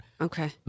Okay